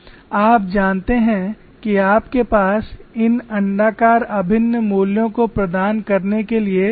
आप जानते हैं कि आपके पास इन अण्डाकार अभिन्न मूल्यों को प्रदान करने के लिए टेबल उपलब्ध हैं